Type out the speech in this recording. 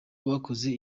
abakoze